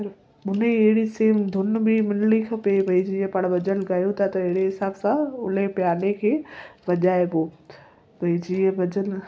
पर हुन अहिड़ी सेम धुन में मिलिणी खपे भई जीअं पाणि भॼन ॻायूं था त अहिड़े हिसाब सां हुन प्याने खे वॼाइबो भई जीअं भॼन